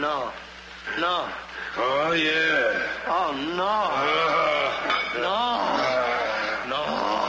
no no no no no